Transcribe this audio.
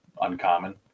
uncommon